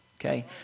okay